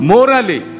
Morally